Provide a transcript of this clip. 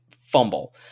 fumble—